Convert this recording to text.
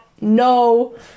no